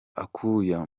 akuya